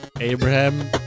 Abraham